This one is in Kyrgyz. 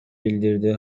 билдирди